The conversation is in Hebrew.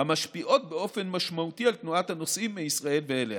המשפיעות באופן משמעותי על תנועת הנוסעים מישראל ואליה.